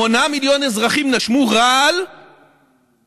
8 מיליון אזרחים נשמו רעל מיותר,